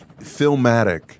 filmatic